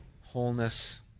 wholeness